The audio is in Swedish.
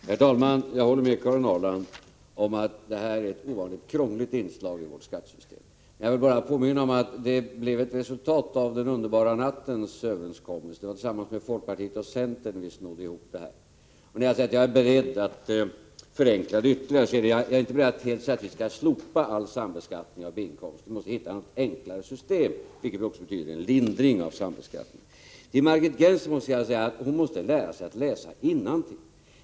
Herr talman! Jag håller med Karin Ahrland om att det här är ett ovanligt krångligt inslag i vårt skattesystem. Jag vill bara påminna om att det är ett resultat av ”den underbara nattens” överenskommelse. Det var tillsammans med folkpartiet och centern vi snodde ihop det här. När jag säger att jag är beredd att förenkla systemet ytterligare, menar jag inte att vi skall slopa all sambeskattning av B-inkomster. Vi måste hitta något enklare system, vilket också betyder en lindring av sambeskattningen. Till Margit Gennser måste jag säga att hon måste lära sig att läsa innantill.